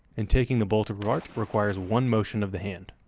and taking the bolter out requires one motion of the hand.